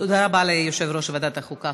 תודה רבה ליושב-ראש ועדת החוקה,